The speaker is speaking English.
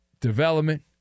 development